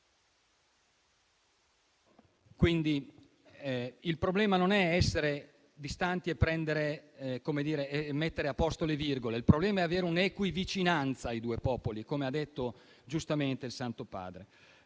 Il problema non è quindi essere distanti e mettere a posto le virgole, per così dire, ma avere un'equivicinanza ai due popoli, come ha detto giustamente il Santo Padre.